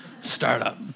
startup